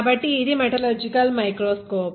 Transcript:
కాబట్టి ఇది metallurgical microscope